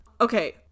Okay